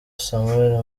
samuel